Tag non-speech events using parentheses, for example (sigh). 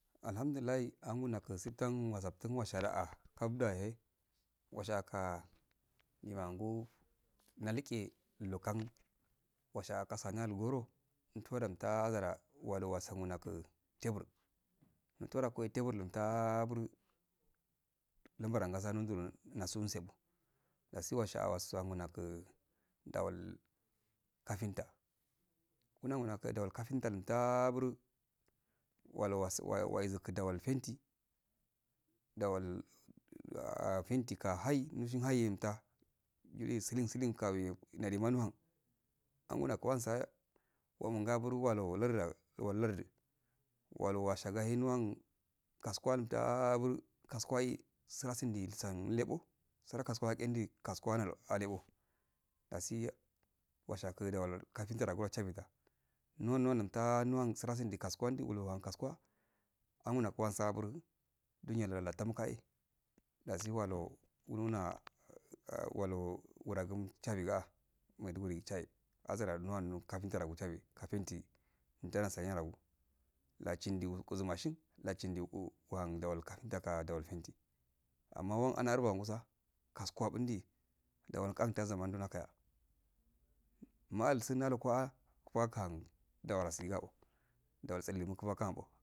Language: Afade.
Alhamdulillahi alingo naka safhia asftun washa allah kap do ya eh washaka ngirango nyalike nakan washaka saniya rongodo mufto gare walu asa mungu tebur muteda tebur inn tə'a tabur namar anga so nandu nose msebo nada wash waso munogu ndal kapinta kun nda gal kapinta mtabur walu was. nangol painti ndawal (hesitation) painti ka hayi nushin hayi nunta ndihin silin silin nka nyile ma nahum sngol nakurma sa wan enga bur nali lardu agu lardi walu washagi hin wan kasugu alu tabur kasugun slangi sani mulleko sarrinki enda kasugu aleko dashi washiki kapinta achebe da nuwan nuwa nunta nuwa sranki ndu kasugu bulo ahuu kasugu wa awuno lina kasugu wa ankol ohum sabar ndo niro aetan lake eh dasi walu ununa ah walu warangu mchamega maiduguri chaye azar nowa kapinta rogo chaye kapinta ntaha sani ah rogu ladindi gutsi machine lasindi kuku ngol kapintir ga ndu painti amma arba musa kasugu abidi ndangol kapinta zamando ka malsun nalu kuwa kaun adawa siya oh ndagol tsaengun kuwadɔ makarunko.